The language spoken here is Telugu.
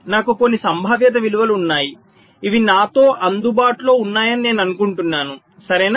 నాకు కొన్ని సంభావ్యత విలువలు ఉన్నాయి ఇవి నాతో అందుబాటులో ఉన్నాయని నేను అనుకుంటున్నాను సరేనా